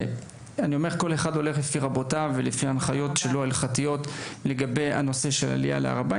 כל אחד הולך לפי רבותיו ולפי ההנחיות אותן הוא מקבל,